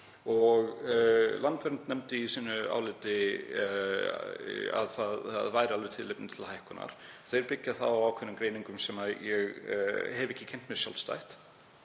og Landvernd nefndi í áliti sínu að það væri alveg tilefni til hækkunar. Þeir byggja það á ákveðnum greiningum sem ég hef ekki kynnt mér sjálfstætt